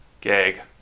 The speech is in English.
Gag